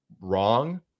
wrong